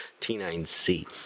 T9C